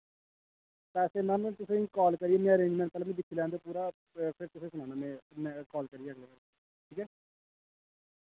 पैसे मैम में तुसें गी काल करियै में अरेंजमैंट पैह्लें मिगी दिक्खी लैन देओ पूरा फिर तुसें गी सनान्नां में में काल करियै ठीक ऐ